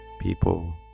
people